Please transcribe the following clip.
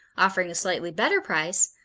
offering a slightly better price,